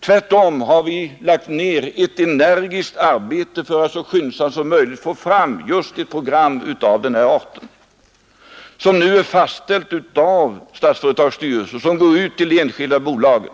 Tvärtom har vi lagt ner ett energiskt arbete på att så skyndsamt som möjligt få fram ett program av just denna art, som nu är fastställt av Statsföretags styrelse och går ut till de enskilda bolagen